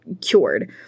cured